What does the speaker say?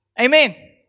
Amen